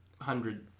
hundred